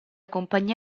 compagnia